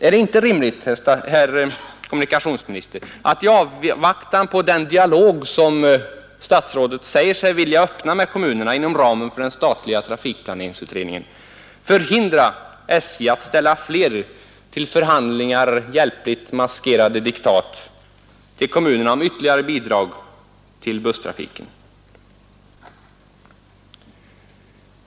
Är det inte rimligt, herr kommunikationsminister, att i avvaktan på den dialog som statsrådet säger sig vilja öppna med kommunerna inom ramen för den statliga trafikplaneringsutredningen hindra SJ att ställa fler till förhandlingar hjälpligt maskerade diktat till kommunerna om ytterligare bidrag till busstrafiken?